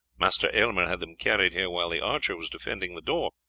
master aylmer had them carried here while the archer was defending the door,